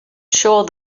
sure